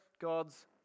God's